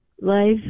life